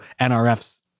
NRF's